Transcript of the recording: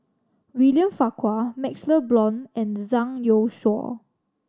William Farquhar MaxLe Blond and Zhang Youshuo